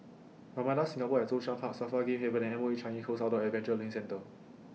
Ramada Singapore At Zhongshan Park SAFRA Game Haven and M O E Changi Coast Outdoor Adventure Learning Centre